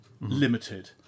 limited